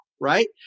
right